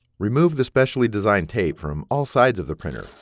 remove the specially designed tape from all sides of the printer.